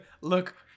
look